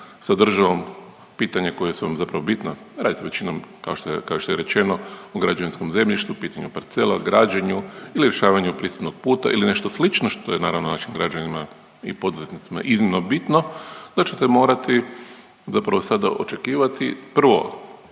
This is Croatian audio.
sa državom pitanja koja su vam zapravo bitna, radi se većinom kao što je rečeno o građevinskom zemljištu, pitanju parcela, građenju ili rješavanju pristupnog puta ili nešto slično što je naravno našim građanima i poduzetnicima iznimno bitno, da ćete morati zapravo sada očekivati prvo